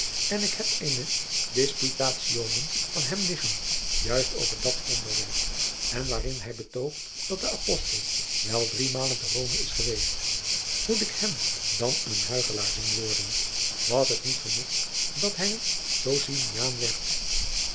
en ik heb eene disputationem van hem liggen juist over dat onderwerp en waarin hij betoogt dat de apostel wel driemalen te rome is geweest moet ik hem dan een huichelaar zien worden was het niet genoeg dat hij een sociniaan werd